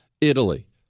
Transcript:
Italy